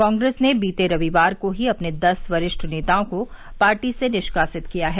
कांग्रेस ने बीते रविवार को ही अपने दस वरिष्ठ नेताओं को पार्टी से निष्कासित किया है